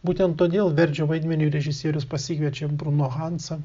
būtent todėl verdžio vaidmeniui režisierius pasikviečia bruno hansą